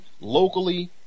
locally